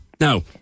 Now